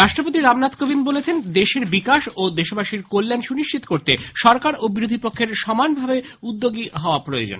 রাষ্ট্রপতি রামনাথ কোবিন্দ বলেছেন দেশের বিকাশ ও দেশবাসীর কল্যাণ সুনিশ্চিত করতে সরকার ও বিরোধী পক্ষের সমানভাবে উদ্যোগী হওয়া দরকার